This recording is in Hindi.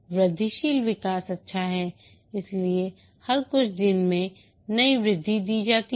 वृद्धिशील विकास अच्छा है इसलिए हर कुछ दिनों में नई वृद्धि दी जाती है